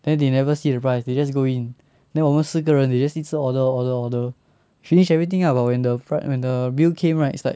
then they never see the price they just go in then 我们四个人 they just need 一直 order order order finish everything ah but when the pri~ when the bill came right it's like